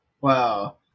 Wow